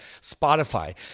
spotify